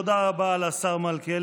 תודה רבה לשר מלכיאלי.